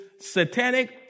satanic